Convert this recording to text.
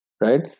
right